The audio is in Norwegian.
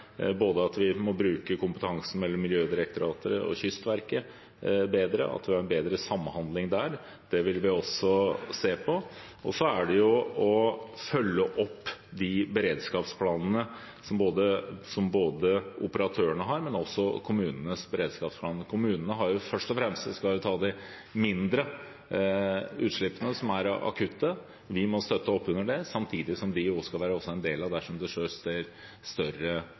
at vi både må bruke kompetansen mellom Miljødirektoratet og Kystverket bedre og ha en bedre samhandling der. Det vil vi også se på. Så er det å følge opp de beredskapsplanene som operatørene har, men også kommunenes beredskapsplaner. Kommunene skal først og fremst ta de mindre utslippene som er akutte – vi må støtte opp under det – samtidig som de også skal være en del av det dersom det inntreffer større